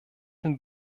den